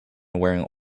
wearing